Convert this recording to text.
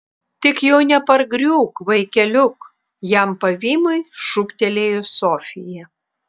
tik jau nepargriūk vaikeliuk jam pavymui šūktelėjo sofija